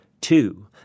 Two